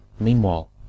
Meanwhile